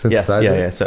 yeah. yeah so